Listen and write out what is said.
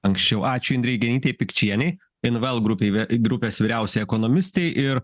anksčiau ačiū indrei genytei pikčienei invl grupei ve grupės vyriausiai ekonomistei ir